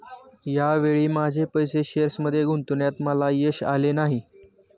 या वेळी माझे पैसे शेअर्समध्ये गुंतवण्यात मला यश आले नाही